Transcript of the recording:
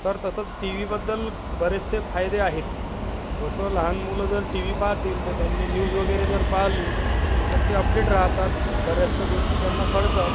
तर तसंच टी व्हीबद्दल बरेचसे फायदे आहेत जसं लहान मुलं जर टी व्ही पाहतील तर त्यांनी न्यूज वगैरे जर पाहिली तर ते अपडेट राहतात बऱ्याचशा गोष्टी त्यांना कळतात